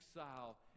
exile